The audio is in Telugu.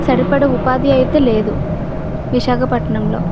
సరిపడ ఉపాధి అయితే లేదు విశాఖపట్నంలో